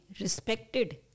respected